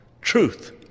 Truth